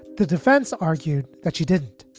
the defense argued that she did